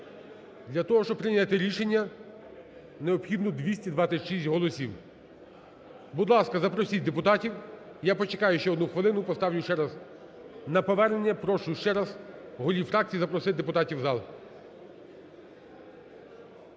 Для того, щоб прийняти рішення, необхідно 226 голосів. Будь ласка, запросіть депутатів, я почекаю ще одну хвилину, поставлю ще раз на повернення. Прошу ще раз голів фракцій запросити депутатів в зал.